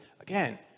again